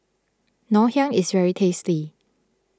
Ngoh Hiang is very tasty